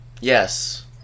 Yes